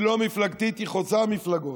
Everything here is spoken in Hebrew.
היא לא מפלגתית, היא חוצה מפלגות.